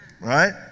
Right